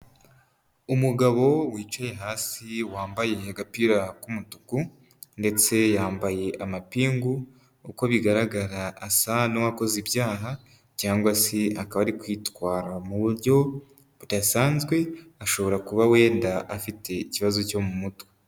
Umugabo wicaye hasi wambaye agapira k'umutuku ndetse yambaye amapingu, uko bigaragara asa n'uwakoze ibyaha cyangwa se akaba ari kwitwara mu buryo budasanzwe, ashobora kuba wenda afite ikibazo cyo mu mutwe.